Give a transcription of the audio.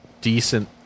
decent